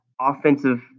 offensive